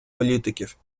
політиків